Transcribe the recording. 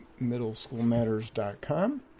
middleschoolmatters.com